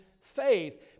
faith